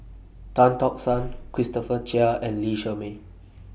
Tan Tock San Christopher Chia and Lee Shermay